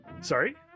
Sorry